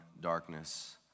darkness